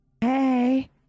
Hey